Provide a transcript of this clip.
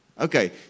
Okay